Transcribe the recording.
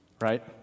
right